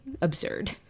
absurd